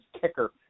kicker